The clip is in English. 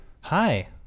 hi